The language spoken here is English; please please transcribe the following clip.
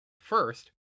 First